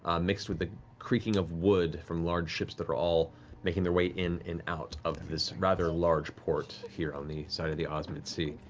um mixed with the creaking of wood from large ships that are all making their way in and out of this rather large port here on the side of the ozmit sea.